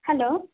hello